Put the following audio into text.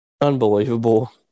Unbelievable